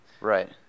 Right